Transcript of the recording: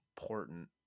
important